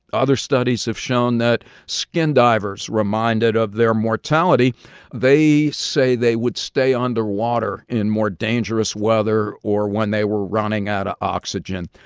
other studies have shown that skin divers reminded of their mortality they say they would stay underwater in more dangerous weather or when they were running out of oxygen.